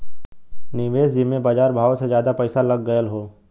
निवेस जिम्मे बजार भावो से जादा पइसा लग गएल हौ